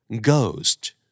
ghost